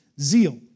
zeal